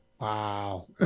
Wow